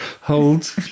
hold